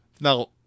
Now